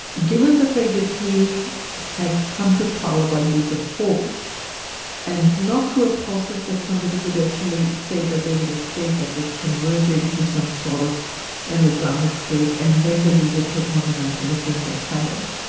given the fact that he has come to power by use of force and not through a process that somebody could actually say that there was a state that was actually converted into some sort of and islamic state and then the leader took on the mantle of being the caliph,